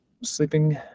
sleeping